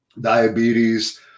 diabetes